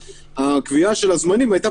הקביעה של הזמנים היתה,